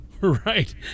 Right